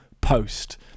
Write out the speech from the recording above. post